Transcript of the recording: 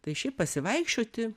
tai šiaip pasivaikščioti